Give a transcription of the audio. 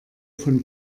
von